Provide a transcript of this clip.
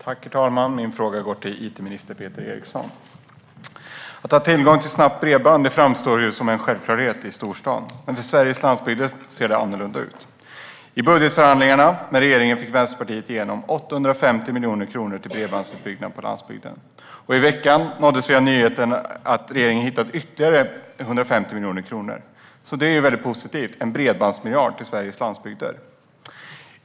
Herr talman! Min fråga går till it-minister Peter Eriksson. Att ha tillgång till snabbt bredband framstår som en självklarhet i storstaden, men för Sveriges landsbygder ser det annorlunda ut. I budgetförhandlingarna med regeringen fick Vänsterpartiet igenom 850 miljoner kronor till bredbandsutbyggnad på landsbygden. I veckan nåddes vi av nyheten att regeringen hittat ytterligare 150 miljoner kronor. Detta är väldigt positivt - en bredbandsmiljard till Sveriges landsbygder.